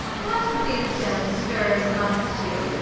what wisdom stirs amongst you?